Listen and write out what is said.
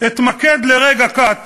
אתמקד לרגע קט